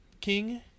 King